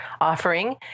offering